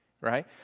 right